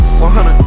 100